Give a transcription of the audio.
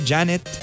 Janet